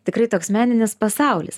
tikrai toks meninis pasaulis